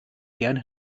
gern